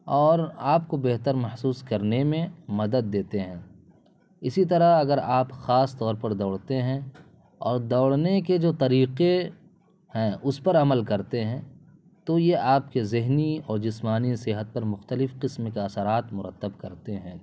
اور آپ کو بہتر محسوس کرنے میں مدد دیتے ہیں اسی طرح اگر آپ خاص طور پر دوڑتے ہیں اور دوڑنے کے جو طریقے ہیں اس پر عمل کرتے ہیں تو یہ آپ کے ذہنی اور جسمانی صحت پر مختلف قسم کے اثرات مرتب کرتے ہیں